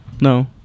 no